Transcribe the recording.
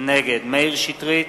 נגד מאיר שטרית,